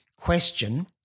question